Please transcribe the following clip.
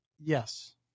Yes